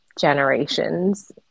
generations